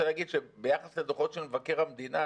ביחס לדוחות של מבקר המדינה,